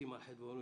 על חטא, ואומרים: